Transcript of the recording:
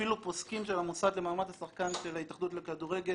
שאפילו פוסקים של המוסד למעמד השחקן של ההתאחדות לכדורגל